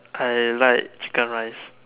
I like chicken rice